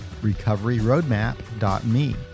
recoveryroadmap.me